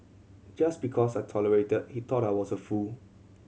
just because I tolerated he thought I was a fool